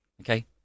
okay